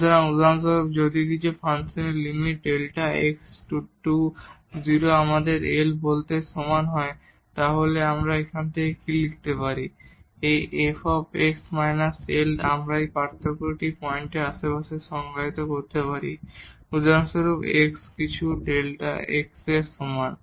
সুতরাং উদাহরণস্বরূপ যদি কিছু ফাংশনের lim Δ x → 0 আমাদের L বলতে বলে সমান হয় তাহলে আমরা এর থেকে কি লিখতে পারি যে এই f −L আমরা এই পার্থক্যটি পয়েন্টের আশেপাশে সংজ্ঞায়িত করতে পারি উদাহরণস্বরূপ x কিছু ϵ এর সমান